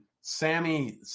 Sammy